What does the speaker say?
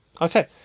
Okay